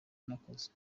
n’akazi